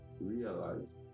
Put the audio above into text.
realize